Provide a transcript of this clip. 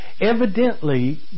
evidently